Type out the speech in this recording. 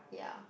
ya